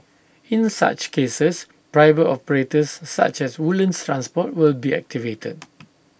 in such cases private operators such as Woodlands transport will be activated